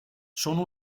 sono